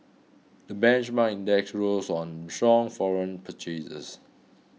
the benchmark index rose on strong foreign purchases